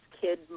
kid